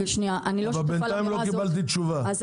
לא קיבלתי תשובה,